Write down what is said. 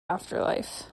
afterlife